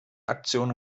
aktion